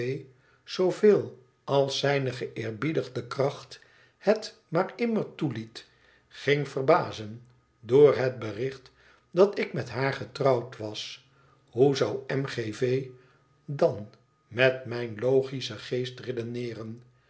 zooveel als zijne geëerbiedigde kracht het maar immer toeliet ging verbazen door het bericht dat ik met haar getrouwd was hoe zou m g v dan met mijn logischen geest redeneeren